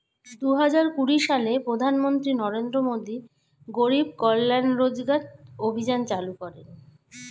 দুহাজার কুড়ি সালে প্রধানমন্ত্রী নরেন্দ্র মোদী গরিব কল্যাণ রোজগার অভিযান চালু করেন